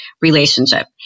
relationship